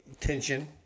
tension